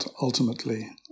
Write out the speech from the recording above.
Ultimately